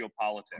geopolitics